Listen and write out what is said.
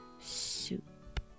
Soup